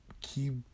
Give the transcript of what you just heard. keep